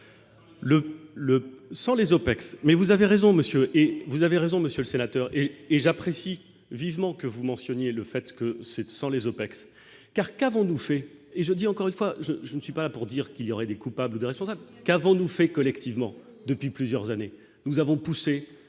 et vous avez raison, Monsieur le Sénateur et et j'apprécie vivement que vous mentionniez le fait que 700 les OPEX car qu'avons-nous fait et je dis encore une fois, je ne suis pas là pour dire qu'il y aurait des coupables d'responsables qu'avons-nous fait collectivement depuis plusieurs années, nous avons poussé